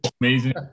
amazing